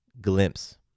glimpse